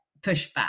pushback